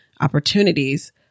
opportunities